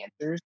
answers